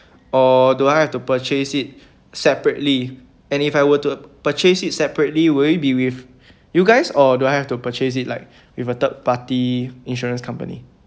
or do I have to purchase it separately and if I were to purchase it separately will be with you guys or do I have to purchase it like with a third party insurance company